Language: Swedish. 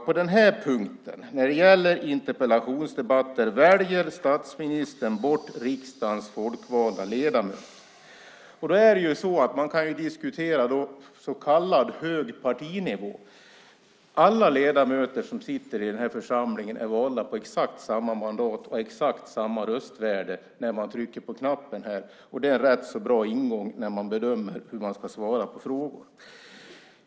På den här punkten, när det gäller interpellationsdebatter, väljer statsministern bort riksdagens folkvalda ledamöter. Man kan då diskutera på så kallad hög partinivå. Alla ledamöter som sitter i den här församlingen är valda på exakt samma mandat, och våra röster har exakt samma värde när vi trycker på knappar. Det är en rätt bra ingång när man bedömer hur man ska svara på frågor.